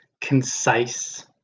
concise